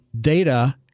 data